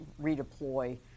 redeploy